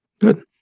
Good